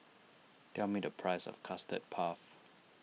tell me the price of Custard Puff